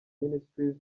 ministries